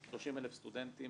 30,000 סטודנטים.